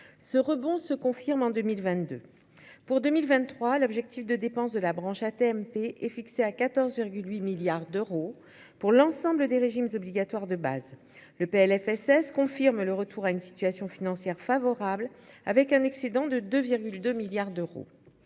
ce rebond se confirme en 2022 pour 2023, l'objectif de dépense de la branche AT-MP est fixé à 14 8 milliards d'euros pour l'ensemble des régimes obligatoires de base le PLFSS confirme le retour à une situation financière favorable avec un excédent de 2 2 milliards d'euros